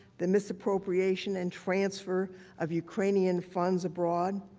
the misappropriation and transfer of ukrainian funds abroad.